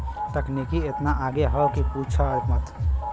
तकनीकी एतना आगे हौ कि पूछा मत